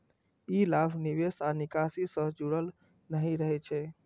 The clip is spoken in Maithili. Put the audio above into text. ई लाभ निवेश आ निकासी सं जुड़ल नहि रहै छै